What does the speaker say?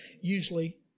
usually